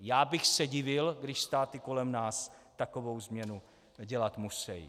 Já bych se divil, když státy kolem nás takovou změnu dělat musejí.